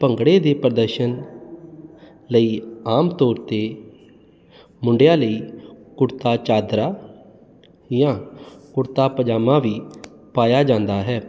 ਭੰਗੜੇ ਦੇ ਪ੍ਰਦਰਸ਼ਨ ਲਈ ਆਮ ਤੌਰ ਤੇ ਮੁੰਡਿਆਂ ਲਈ ਕੁੜਤਾ ਚਾਦਰਾ ਜਾਂ ਕੁੜਤਾ ਪਜਾਮਾ ਵੀ ਪਾਇਆ ਜਾਂਦਾ ਹੈ